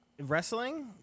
Wrestling